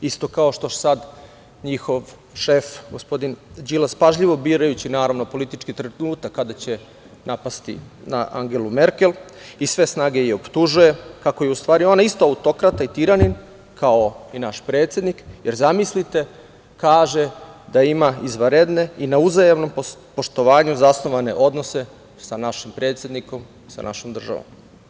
Isto kao što sada njihov šef, gospodin Đilas, pažljivo birajući politički trenutak kada će napasti na Angelu Merkel, iz sve snage je optužuje, kako je ona u stvari isto autokrata i tiranin, kao i naš predsednik, jer zamislite kaže – da ima izvanredne i na uzajamnom poštovanju zasnovane odnose sa našim predsednikom, sa našom državom.